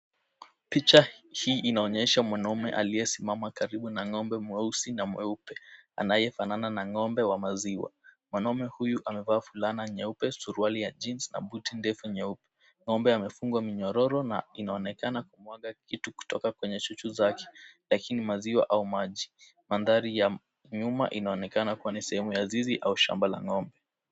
Picha hii inaonyesha mwanaume aliye simama karibu na ng'ombe mweusi na mweupe, anayefanana na ng'ombe wa maziwa. Mwanaume huyu amevaa fulana nyeupe, suruali ya jeans na buti ndefu nyeupe . Ng'ombe amefungwa minyororo na inaonekana kumwaga kitu kutoka kwenye chuchu zake. Lakini ni maziwa au maji. Mandhari ya nyuma inaonekana kuwa ni zizi ama shamba la ng'ombe.